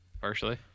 Partially